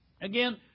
Again